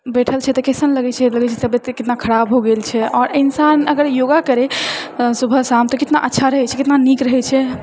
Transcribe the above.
बैठल छै तऽ कइसन लगै छै लगै छै तबियत कितना खराब हो गेल छै आओर इंसान अगर योगा करै सुबह शाम तऽ कितना अच्छा रहै छै कितना नीक रहै छै